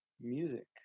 music